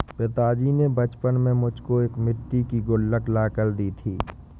पिताजी ने बचपन में मुझको एक मिट्टी की गुल्लक ला कर दी थी